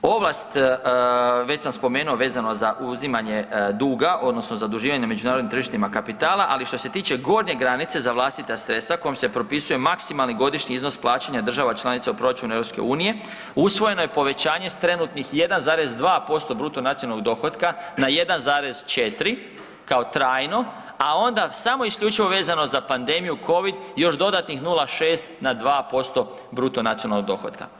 Ovlast, već sam spomenuo vezano za uzimanje duga, odnosno zaduživanje na međunarodnim tržištima kapitala, ali što se tiče gornje granice za vlastita sredstva kojima se propisuje maksimalni godišnji iznos plaćanja država članica u proračunu EU usvojeno je povećanje s trenutnih 1,2% bruto nacionalnog dohotka, na 1,4, kao trajno, a onda samo isključivo vezano za pandemiju Covid još dodatnih 0,6 na 2% bruto nacionalnog dohotka.